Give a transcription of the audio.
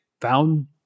found